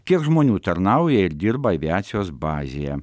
kiek žmonių tarnauja ir dirba aviacijos bazėje